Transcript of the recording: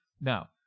Now